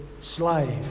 slave